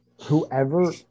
Whoever